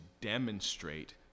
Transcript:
demonstrate